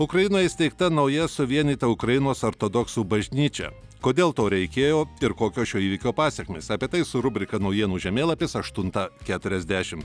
ukrainoje įsteigta nauja suvienyta ukrainos ortodoksų bažnyčia kodėl to reikėjo ir kokios šio įvykio pasekmės apie tai su rubrika naujienų žemėlapis aštuntą keturiasdešim